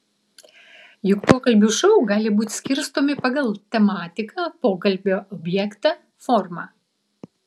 juk pokalbių šou gali būti skirstomi pagal tematiką pokalbio objektą formą